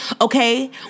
okay